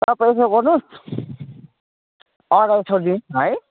तपाईँ यसो गर्नुहोस् अढाई सौ दिनुहोस् न है